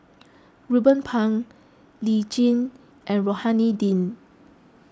Ruben Pang Lee Tjin and Rohani Din